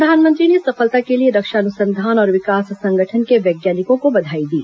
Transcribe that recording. प्रधानमंत्री ने इस सफलता के लिए रक्षा अनुसंधान और विकास संगठन के वैज्ञानिकों को बधाई दी